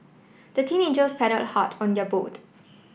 the teenagers paddled hard on their boat